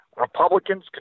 Republicans